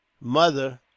mother